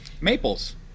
Maples